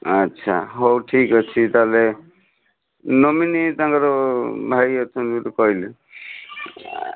ଆଚ୍ଛା ହଉ ଠିକ୍ ଅଛି ତା'ହେଲେ ନୋମିନି ତାଙ୍କର ଭାଇ ଅଛନ୍ତି ବୋଲି କହିଲେ